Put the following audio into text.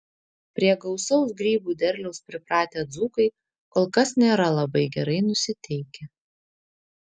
prie gausaus grybų derliaus pripratę dzūkai kol kas nėra labai gerai nusiteikę